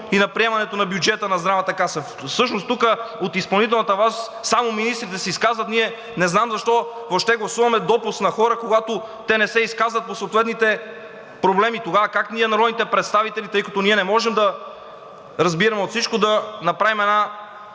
и на приемането на бюджета на Здравната каса. Всъщност тук от изпълнителната власт само министрите се изказват. Ние не знам защо въобще гласуваме допуск на хора, когато те не се изказват по съответните проблеми. Тогава как ние, народните представители, тъй като ние не можем да разбираме от всичко, да направим една